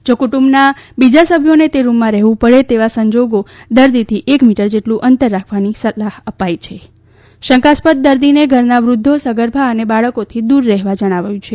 જો કુટુંબના બીજા સભ્યોને તે રૂમમાં રહેવું પડે તેવા સંજોગો દરદીથી એક મિટર જેટલું અંતર રાખવાની સલાહ અપાઇ છે શંકાસ્પદ દર્દીને ઘરના વૃદ્ધો સગર્ભા અને બાળકોથી દૂર રહેવા જણાવાયું છે